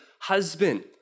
husband